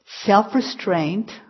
self-restraint